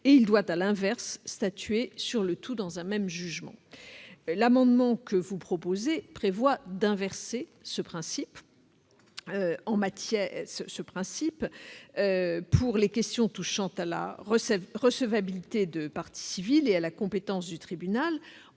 et il doit à l'inverse statuer sur le tout dans un même jugement. L'amendement que vous proposez vise à inverser ce principe pour les questions touchant à la recevabilité de partie civile et à la compétence du tribunal, en obligeant le tribunal